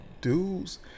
dudes